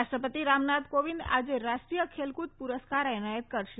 રાષ્ટ્રપતિ રામનાથ કોવિંદ આજે રાષ્ટ્રીય ખેલકુદ પુરસ્કાર એનાયત કરશે